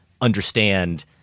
understand